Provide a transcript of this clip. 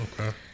Okay